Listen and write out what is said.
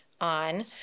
on